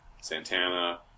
Santana